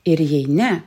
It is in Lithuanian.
ir jei ne